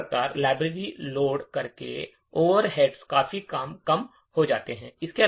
इस प्रकार library load करके ओवरहेड्स काफी कम हो जाते हैं